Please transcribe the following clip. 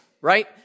right